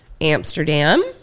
Amsterdam